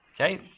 Okay